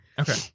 Okay